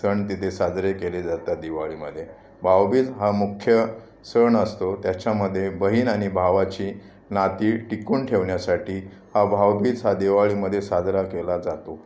स सण तिथे साजरे केले जातात दिवाळीमध्ये भाऊबीज हा मुख्य सण असतो त्याच्यामध्ये बहीण आणि भावाची नाती टिकून ठेवण्यासाठी हा भाऊबीज हा दिवाळीमध्ये साजरा केला जातो